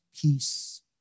peace